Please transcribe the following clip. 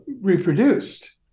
reproduced